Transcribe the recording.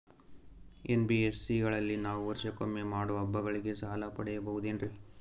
NBSC ಗಳಲ್ಲಿ ನಾವು ವರ್ಷಕೊಮ್ಮೆ ಮಾಡೋ ಹಬ್ಬಗಳಿಗೆ ಸಾಲ ಪಡೆಯಬಹುದೇನ್ರಿ?